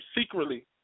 secretly